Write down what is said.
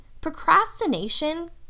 procrastination